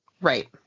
Right